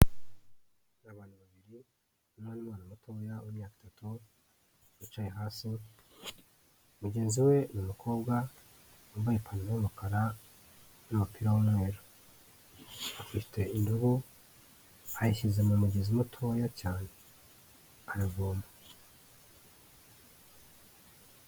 Abantu babiri, umwe ni umwana mutoya w' imyaka itatu, yicaye hasi, mugenzi we ni umukobwa wambaye ipantaro y'umukara n'umupira w'umweru afite indobo ayishyize mu mugezi mutoya cyane aravoma.